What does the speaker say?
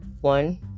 One